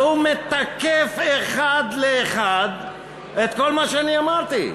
והוא מתקיף אחד לאחד את כל מה שאני אמרתי.